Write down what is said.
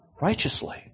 righteously